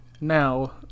now